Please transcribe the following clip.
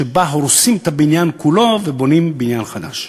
שבה הורסים את הבניין כולו ובונים בניין חדש.